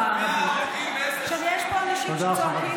רק לחברה הערבית וליישובים בחברה הערבית,